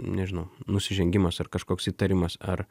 nežinau nusižengimas ar kažkoks įtarimas ar